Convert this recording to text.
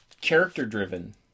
character-driven